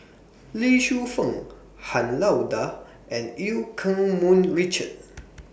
Lee Shu Fen Han Lao DA and EU Keng Mun Richard